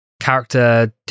character